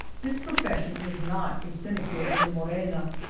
this profession is not a sinecure in the morena.